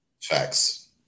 Facts